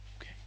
Okay